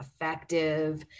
effective